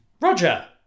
Roger